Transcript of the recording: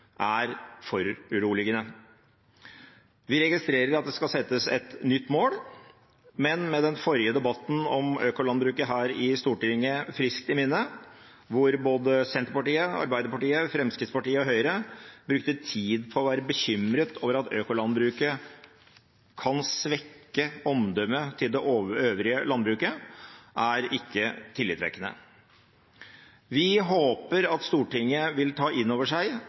er foruroligende. Vi registrerer at det skal settes et nytt mål, men med den forrige debatten om økolandbruket her i Stortinget friskt i minne, hvor både Senterpartiet, Arbeiderpartiet, Fremskrittspartiet og Høyre brukte tid på å være bekymret over at økolandbruket kan svekke omdømmet til det øvrige landbruket, er ikke det tillitvekkende. Vi håper at Stortinget vil ta inn over seg,